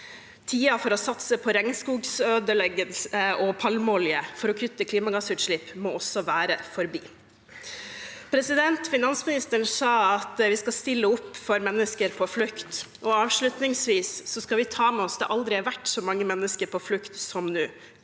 Tiden for å satse på regnskogødeleggende palmeolje for å kutte klimagassutslipp må også være forbi. Finansministeren sa at vi skal stille opp for mennesker på flukt, og avslutningsvis skal vi ta med oss at det aldri har vært så mange mennesker på flukt som nå.